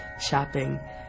shopping